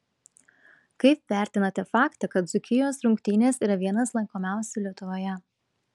kaip vertinate faktą kad dzūkijos rungtynės yra vienas lankomiausių lietuvoje